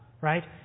right